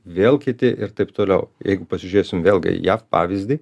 vėl kiti ir taip toliau jeigu pasižiūrėsim vėlgi jav pavyzdį